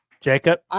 Jacob